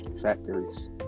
Factories